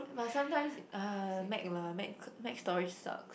but sometimes uh mac lah mac mac storage sucks